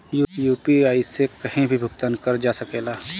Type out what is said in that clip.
UPI से कहीं भी भुगतान कर जा सकेला?